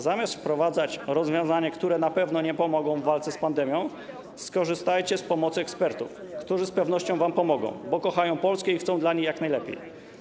Zamiast wprowadzać rozwiązania, które na pewno nie pomogą w walce z pandemią, skorzystajcie z pomocy ekspertów, którzy z pewnością wam pomogą, bo kochają Polskę i chcą dla niej jak najlepiej.